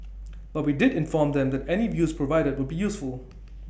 but we did inform them that any views provided would be useful